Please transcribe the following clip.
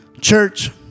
Church